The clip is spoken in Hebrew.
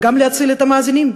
ואת המאזינים,